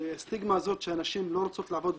הסטיגמה הזאת שהנשים לא רוצות לעבוד,